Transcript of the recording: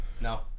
No